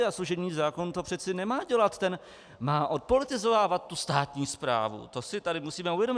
A služební zákon to přece nemá dělat, ten má odpolitizovávat tu státní správu, to si tady musíme uvědomit.